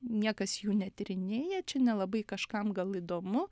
niekas jų netyrinėja čia nelabai kažkam gal įdomu